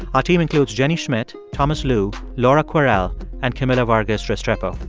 our team includes jenny schmidt, thomas lu, laura kwerel and camila vargas-restrepo.